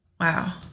Wow